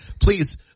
Please